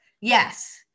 Yes